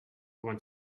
want